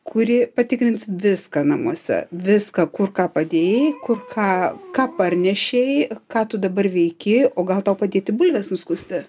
kuri patikrins viską namuose viską kur ką padėjai kur ką ką parnešei ką tu dabar veiki o gal tau padėti bulves nuskusti